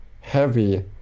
heavy